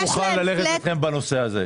אני מוכן ללכת איתכם בנושא הזה,